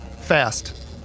fast